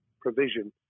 provision